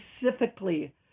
specifically